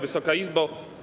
Wysoka Izbo!